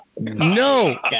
No